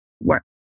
work